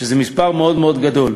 וזה מספר מאוד מאוד גדול.